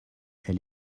elle